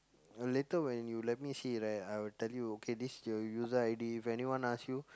uh later when you let me see right I will tell you okay this is your user I_D if anyone ask you